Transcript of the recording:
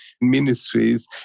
ministries